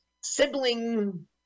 sibling